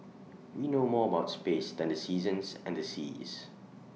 we know more about space than the seasons and the seas